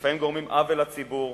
לפעמים גורמים עוול לציבור.